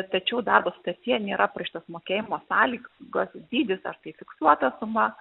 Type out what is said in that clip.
tačiau darbo sutartyje nėra aprašytas mokėjimo sąlygos dydis ar tai fiksuota suma